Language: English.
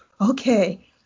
okay